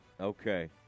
Okay